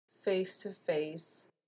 face-to-face